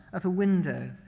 at a window,